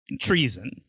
treason